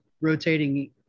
rotating